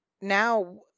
now